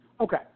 Okay